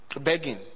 begging